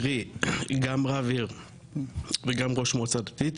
קרי גם רב עיר וגם ראש מועצה דתית